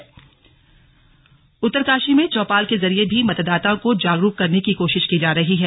उत्तरकाशी चौपाल उत्तरकाशी में चौपाल के जरिए भी मतदाताओं को जागरूक करने की कोशिश की जा रही है